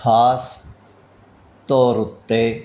ਖਾਸ ਤੌਰ ਉੱਤੇ